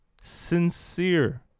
sincere